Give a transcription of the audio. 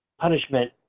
punishment